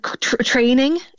training